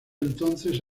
entonces